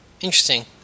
Interesting